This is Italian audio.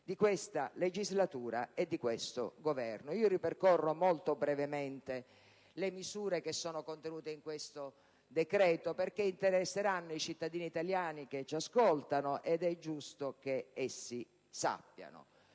di questa legislatura e di questo Governo. Io ripercorro molto brevemente le misure contenute in questo decreto-legge, perché interesseranno i cittadini italiani che ci ascoltano, ed è giusto che essi sappiano.